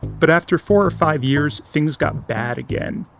but after four or five years things got bad again.